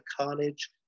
carnage